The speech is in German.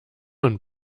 und